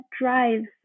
drives